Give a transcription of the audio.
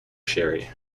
sherry